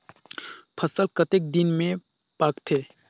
फसल कतेक दिन मे पाकथे?